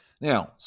Now